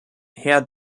herr